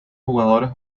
jugadores